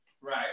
right